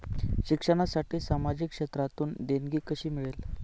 शिक्षणासाठी सामाजिक क्षेत्रातून देणगी कशी मिळेल?